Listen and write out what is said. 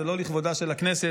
זה לא לכבודה של הכנסת,